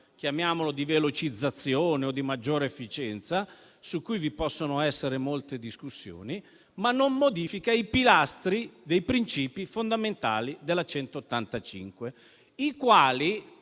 così dire, di velocizzazione o di maggiore efficienza, su cui vi possono essere molte discussioni, ma non modifica i pilastri e i principi fondamentali della legge n.